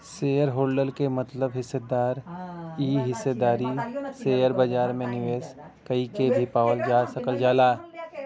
shareholder क मतलब हिस्सेदार इ हिस्सेदारी शेयर बाजार में निवेश कइके भी पावल जा सकल जाला